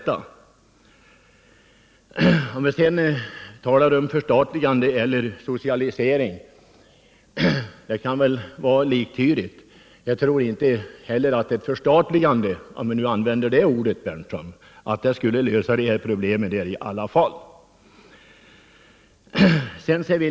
land Om vi talar om förstatligande eller socialisering kan väl vara liktydigt. Jag tror inte heller att ett förstatligande — om vi använder det ordet, herr Berndtson — skulle lösa de här problemen.